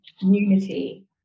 unity